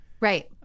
right